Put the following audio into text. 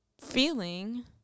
feeling